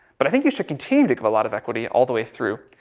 but i think you should continue to give a lot of equity all the way through.